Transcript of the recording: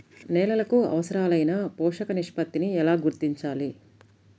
నేలలకు అవసరాలైన పోషక నిష్పత్తిని ఎలా గుర్తించాలి?